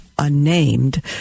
unnamed